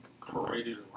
created